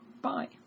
Bye